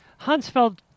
Hansfeld